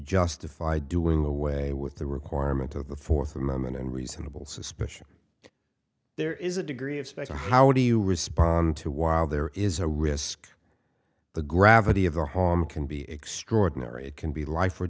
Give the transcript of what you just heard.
justify doing away with the requirement of the fourth amendment and reasonable suspicion there is a degree of special how do you respond to while there is a risk the gravity of the harm can be extraordinary it can be life or